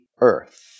earth